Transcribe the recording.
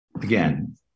Again